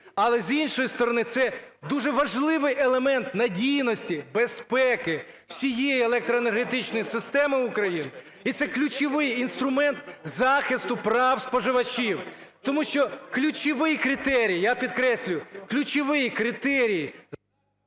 Але, з іншої сторони, це дуже важливий елемент надійності, безпеки всієї електроенергетичної системи України і це ключовий інструмент захисту прав споживачів. Тому що ключовий критерій, я підкреслюю, ключовий критерій…